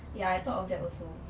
ya I thought of that also